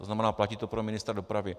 To znamená, platí to pro ministra dopravy.